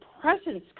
presence